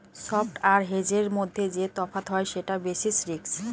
spot আর হেজের মধ্যে যে তফাৎ হয় সেটা বেসিস রিস্ক